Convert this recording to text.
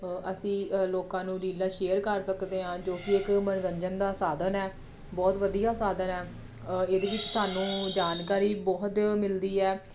ਅਸੀਂ ਲੋਕਾਂ ਨੂੰ ਰੀਲਾਂ ਸ਼ੇਅਰ ਕਰ ਸਕਦੇ ਹਾਂ ਜੋ ਕਿ ਇੱਕ ਮਨੋਰੰਜਨ ਦਾ ਸਾਧਨ ਹੈ ਬਹੁਤ ਵਧੀਆ ਸਾਧਨ ਹੈ ਇਹਦੇ ਵਿੱਚ ਸਾਨੂੰ ਜਾਣਕਾਰੀ ਬਹੁਤ ਮਿਲਦੀ ਹੈ